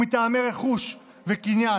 או מטעמי רכוש וקניין".